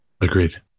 Agreed